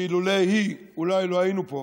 שאילולא היא אולי לא היינו פה,